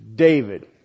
David